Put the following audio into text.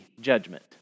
judgment